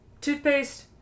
Toothpaste